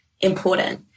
important